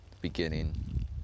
beginning